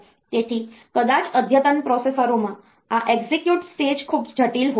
તેથી કદાચ અદ્યતન પ્રોસેસરોમાં આ એક્ઝેક્યુટ સ્ટેજ ખૂબ જટિલ હોય છે